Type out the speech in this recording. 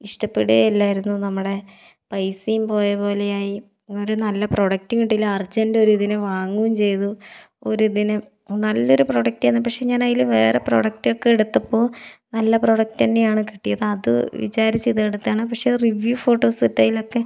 ഇഷ്ട്ടപ്പെടുകയേ ഇല്ലായിരുന്നു നമ്മുടെ പൈസയും പോയ പോലെയായി ഒരു നല്ല പ്രൊഡക്റ്റ് കിട്ടിയില്ല അർജന്റ് ഒരിതിന് വാങ്ങുകയും ചെയ്തു ഒരിതിന് നല്ലൊരു പ്രൊഡക്റ്റായിരുന്നു പക്ഷെ ഞാനതില് വേറെ പ്രൊഡക്റ്റൊക്കെ എടുത്തപ്പോൾ നല്ല പ്രൊഡക്റ്റ് തന്നെയാണ് കിട്ടിയത് അത് വിചാരിച്ച് ഇത് എടുത്തതാണ് പക്ഷെ റിവ്യൂ ഫോട്ടോസൊക്കെ ഇതിലൊക്കെ